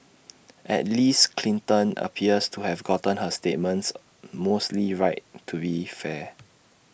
at least Clinton appears to have gotten her statements mostly right to be fair